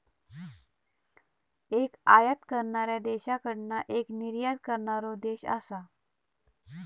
एक आयात करणाऱ्या देशाकडना एक निर्यात करणारो देश असा